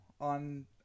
on